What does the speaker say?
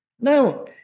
Now